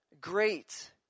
great